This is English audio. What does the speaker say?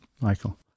Michael